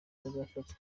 bazafatwa